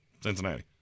Cincinnati